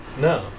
No